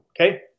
okay